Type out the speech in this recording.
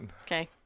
Okay